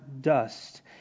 dust